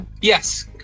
yes